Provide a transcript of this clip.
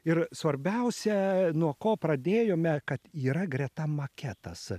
ir svarbiausia nuo ko pradėjome kad yra greta maketas